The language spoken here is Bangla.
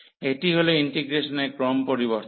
এটি হল ইন্টিগ্রেশনের ক্রম পরিবর্তন